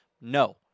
No